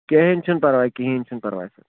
کِہیٖنۍ چھُنہِ پَرواے کِہیٖنۍ چھُنہٕ پَرواے سر